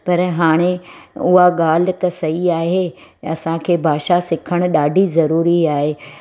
पर हाणे उआ ॻाल्हि त सही आहे असांखे भाषा सिणु ॾाढी ज़रूरी आहे